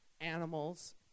animals